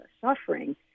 suffering